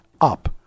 up